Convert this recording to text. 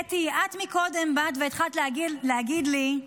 קטי, את באת קודם והתחלת להגיד לי: